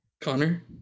Connor